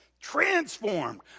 transformed